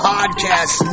Podcast